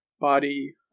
body